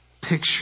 picture